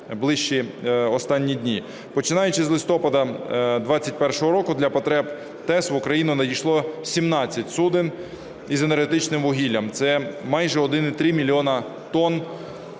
Починаючи з листопада 21-го року для потреб ТЕС в Україну надійшло 17 суден з енергетичним вугіллям, це майже 1,3 мільйона тонн